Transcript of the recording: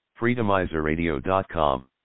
FreedomizerRadio.com